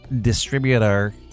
distributor